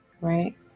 right